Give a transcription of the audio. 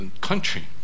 country